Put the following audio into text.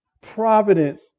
providence